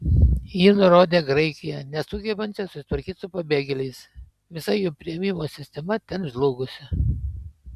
ji nurodė graikiją nesugebančią susitvarkyti su pabėgėliais visa jų priėmimo sistema ten žlugusi